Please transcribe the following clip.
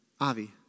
Avi